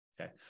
Okay